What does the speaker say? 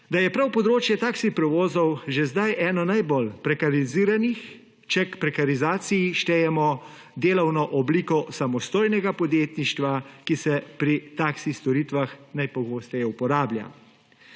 da je prav področje taksi prevozov že sedaj eno najbolj prekariziranih, če k prekarizaciji štejemo delovno obliko samostojnega podjetništva, ki se pri taksi storitvah najpogosteje uporablja.